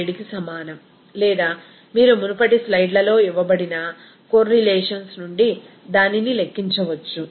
7కి సమానం లేదా మీరు మునుపటి స్లయిడ్లలో ఇవ్వబడిన కోర్రిలేషన్స్ నుండి దానిని లెక్కించవచ్చు